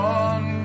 one